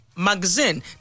magazine